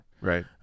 right